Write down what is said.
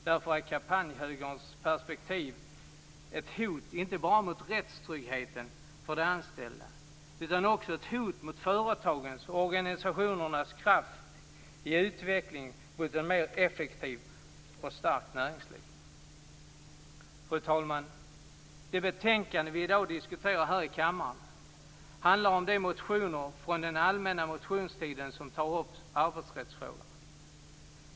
Därför är kampanjhögerns perspektiv ett hot inte bara mot rättstryggheten för de anställda utan också ett hot mot företagens och organisationernas kraft i utveckling mot ett mer effektivt och starkt näringsliv. Fru talman! Det betänkande vi i dag diskuterar här i kammaren handlar om de motioner från den allmänna motionstiden som tar upp arbetsrättsfrågorna.